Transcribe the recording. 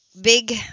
big